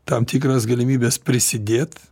tam tikras galimybes prisidėt